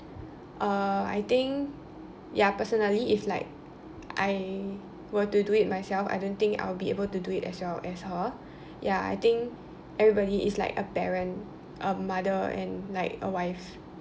uh I think ya personally if like I were to do it myself I don't think I'll be able to do it as well as her ya I think everybody is like a parent a mother and like a wife